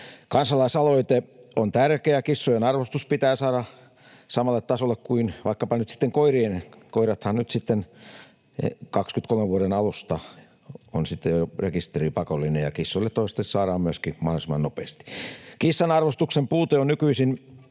Kansalaisaloite on tärkeä. Kissojen arvostus pitää saada samalle tasolle kuin vaikkapa nyt sitten koirien. Koirien rekisteröintihän on pakollinen vuoden 23 alusta. Toivottavasti myöskin kissoille tämä saadaan mahdollisimman nopeasti. Kissan arvostuksen puute on nykyisin